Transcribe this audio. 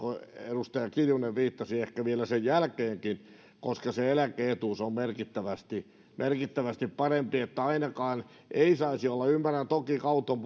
edustaja kiljunen viittasi ehkä tehdä työtä vielä sen jälkeenkin koska se eläke etuus on merkittävästi merkittävästi parempi ainakaan ei saisi olla ymmärrän toki kauton